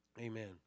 Amen